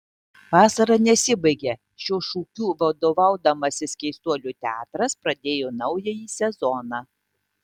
vasara nesibaigia šiuo šūkiu vadovaudamasis keistuolių teatras pradėjo naująjį sezoną